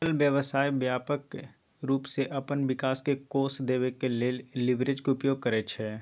याजकाल व्यवसाय व्यापक रूप से अप्पन विकास के कोष देबे के लेल लिवरेज के उपयोग करइ छइ